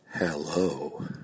Hello